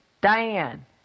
Diane